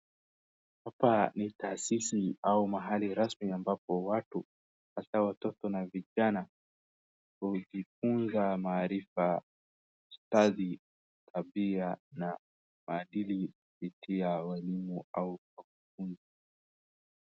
Hapa ni taasisi au mahali rasmi ambapo watu hata watoto na vijana hujifunza maarifa na pia maadili kupitia walimu